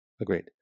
Agreed